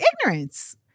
ignorance